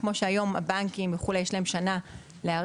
כמו שהיום לבנקים וכו', יש להם שנה להיערך.